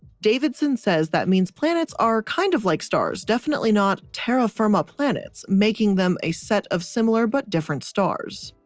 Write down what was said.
davidson says that means planets are kind of like stars. definitely not terra firma planets, making them a set of similar but different stars.